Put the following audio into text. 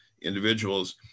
individuals